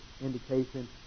indication